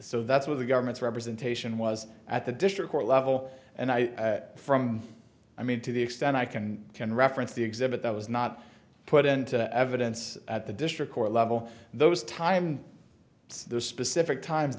so that's what the government's representation was at the district court level and i from i mean to the extent i can can reference the exhibit that was not put into evidence at the district court level those time those specific times